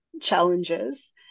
challenges